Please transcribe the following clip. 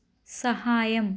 సహాయం